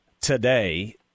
today